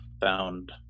found